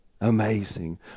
Amazing